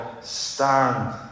stand